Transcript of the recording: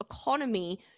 economy